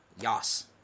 Yas